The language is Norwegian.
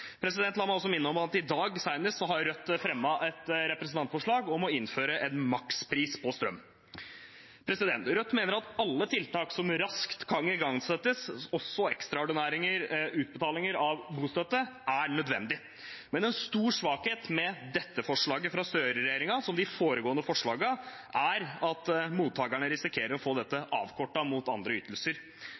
La meg også minne om at senest i dag har Rødt fremmet et representantforslag om å innføre en makspris på strøm. Rødt mener at alle tiltak som raskt kan igangsettes, også ekstraordinære utbetalinger av bostøtte, er nødvendig. Men en stor svakhet med dette forslaget fra Støre-regjeringen, som med de foregående forslagene, er at mottakerne risikerer å få dette avkortet mot andre ytelser.